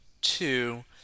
Two